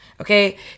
Okay